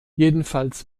jedenfalls